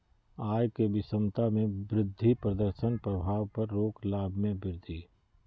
आय के विषमता में वृद्धि प्रदर्शन प्रभाव पर रोक लाभ में वृद्धि